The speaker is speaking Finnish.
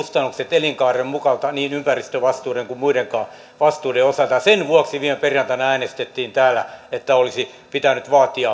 elinkaaren mukaan niin ympäristövastuiden kuin muidenkaan vastuiden osalta sen vuoksi viime perjantaina äänestettiin täällä että olisi pitänyt vaatia